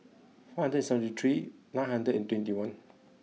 four hundred seventy three nine hundred and twenty one